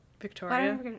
Victoria